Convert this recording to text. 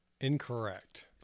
Incorrect